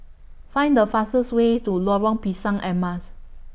Find The fastest Way to Lorong Pisang Emas